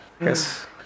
Yes